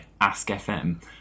Ask.fm